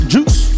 Juice